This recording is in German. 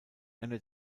einer